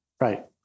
Right